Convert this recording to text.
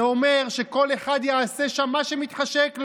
זה אומר שכל אחד יעשה שם מה שמתחשק לו.